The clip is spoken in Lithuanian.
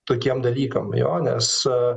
tokiems dalykams jo nes